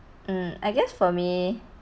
mm I guess for me